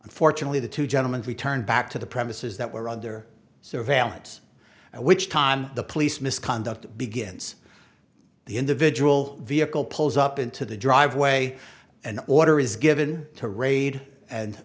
unfortunately the two gentlemen returned back to the premises that were under surveillance and which time the police misconduct begins the individual vehicle pulls up into the driveway an order is given to raid and